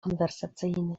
konwersacyjny